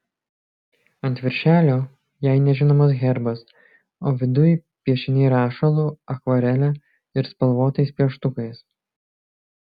ant viršelio jai nežinomas herbas o viduj piešiniai rašalu akvarele ir spalvotais pieštukais